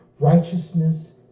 Righteousness